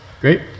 Great